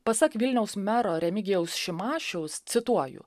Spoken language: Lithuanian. pasak vilniaus mero remigijaus šimašiaus cituoju